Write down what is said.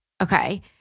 Okay